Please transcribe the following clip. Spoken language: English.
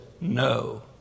no